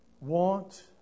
want